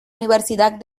universidad